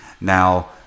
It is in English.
Now